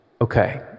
Okay